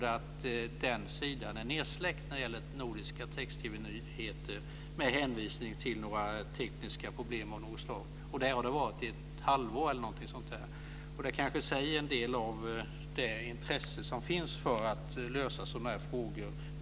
Där står det att sidorna med nordiska text-TV-nyheter är nedsläckta med hänvisning till tekniska problem av något slag. Så har det varit i ett halvår eller något sådant. Det säger kanske en del om det intresse som finns för att lösa sådana här frågor.